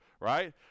right